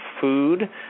food